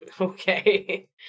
Okay